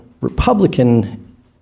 Republican